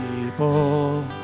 People